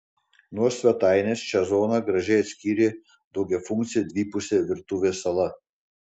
nuo svetainės šią zoną gražiai atskyrė daugiafunkcė dvipusė virtuvės sala